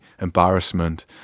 embarrassment